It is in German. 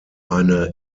eine